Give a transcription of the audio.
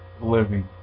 living